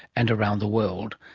and around the world.